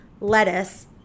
Lettuce